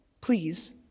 Please